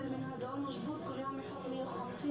על מנת להגדיל את כוח המיקוח שלו,